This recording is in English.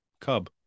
Cub